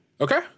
Okay